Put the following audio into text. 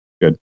good